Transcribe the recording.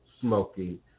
smoky